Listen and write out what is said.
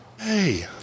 Hey